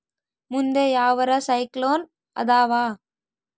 ಮುಂದೆ ಯಾವರ ಸೈಕ್ಲೋನ್ ಅದಾವ?